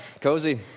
cozy